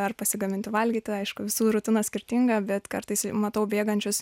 ar pasigaminti valgyti aišku visų rutina skirtinga bet kartais matau bėgančius